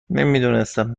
نمیدونستم